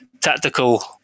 tactical